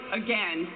again